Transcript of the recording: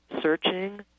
searching